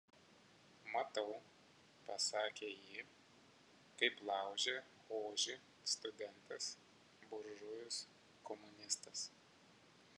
matau pasakė ji kaip laužia ožį studentas buržujus komunistas